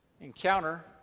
encounter